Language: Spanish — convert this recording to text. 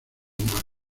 humano